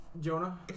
Jonah